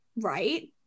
right